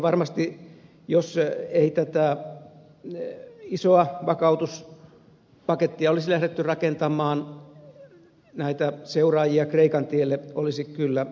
varmasti jos ei tätä isoa vakautuspakettia olisi lähdetty rakentamaan näitä seuraajia kreikan tielle olisi kyllä löytynyt